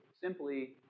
simply